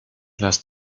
lässt